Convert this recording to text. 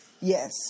Yes